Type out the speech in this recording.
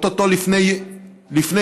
או-טו-טו לפני אכלוס,